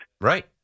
Right